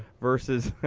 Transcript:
versus